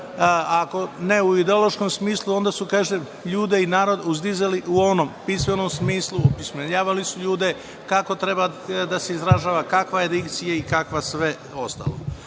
ako ne u ideološkom smislu, onda su, kažem, ljude i narod uzdizali u onom pismenom smislu. Opismenjavali su ljude kako treba da se izražava, kakva je dikcija i kako sve ostalo. Članovi